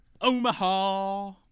Omaha